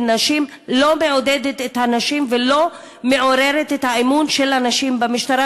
נשים לא מעודד את הנשים ולא מעורר את האמון של הנשים במשטרה.